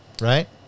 right